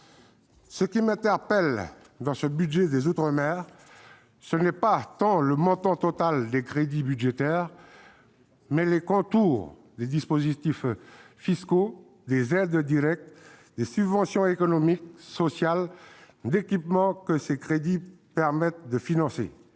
Ce qui m'interpelle dans le budget des outre-mer, ce n'est pas tant le montant total des crédits budgétaires ; ce sont les contours des dispositifs fiscaux, des aides directes et des subventions économiques, sociales, d'équipements que ces crédits permettent de financer.